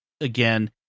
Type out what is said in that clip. again